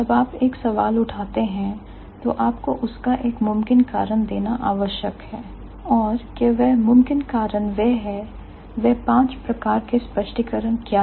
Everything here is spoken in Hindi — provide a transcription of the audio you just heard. जब आप एक सवाल उठाते हैं तो आपको उसका एक मुमकिन कारण देना आवश्यक है और के वह मुमकिन कारण वह है वे पांच प्रकार के स्पष्टीकरण क्या